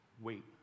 Wait